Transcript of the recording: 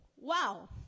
wow